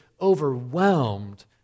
overwhelmed